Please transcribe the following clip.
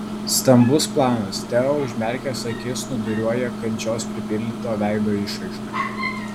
stambus planas teo užmerkęs akis snūduriuoja kančios pripildyta veido išraiška